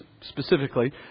specifically